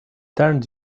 turned